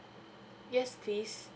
yes please